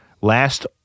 last